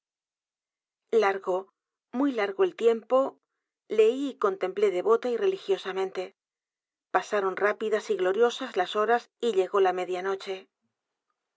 a r g o tiempo leí y contemplé devota y religiosamente pasaron rápidas y gloriosas las horas y llegó la